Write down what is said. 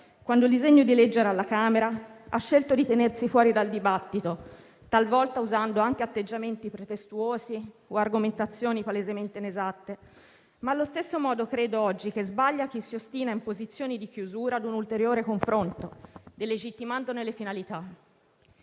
quando il disegno di legge era alla Camera, ha scelto di tenersi fuori dal dibattito, talvolta usando anche atteggiamenti pretestuosi o argomentazioni palesemente inesatte; ma allo stesso modo credo oggi che sbagli chi si ostina in posizioni di chiusura a un ulteriore confronto, delegittimandone le finalità.